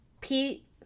pete